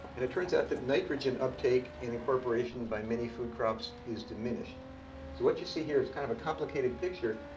and it turns out that nitrogen uptake and incorporation by many food crops is diminished. so what you see here is kind of a complicated picture,